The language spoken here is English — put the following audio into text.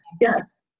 Yes